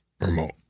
remote